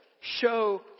Show